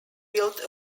built